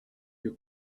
your